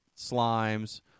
slimes